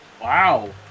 Wow